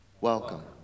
Welcome